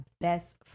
best